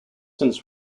since